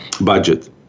budget